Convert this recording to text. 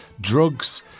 drugs